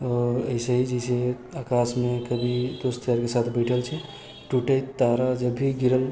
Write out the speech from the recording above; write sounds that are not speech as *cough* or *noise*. आओर ऐसे जैसे आकाशमे कभी *unintelligible* के साथ बइठल छै टूटैत तारा जब भी गिरल